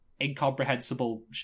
incomprehensible